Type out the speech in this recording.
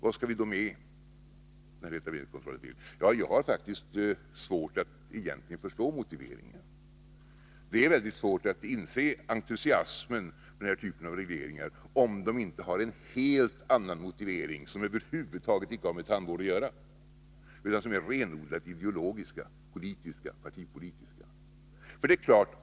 Vad skall vi då ha etableringskontroll till? Jag har faktiskt svårt att egentligen förstå motiveringen för den. Det är väldigt svårt att dela entusiasmen för denna typ av regleringar, om den inte har en helt annan motivering som över huvud taget inte har med tandvård att göra utan är renodlat partipolitisk.